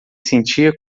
sentia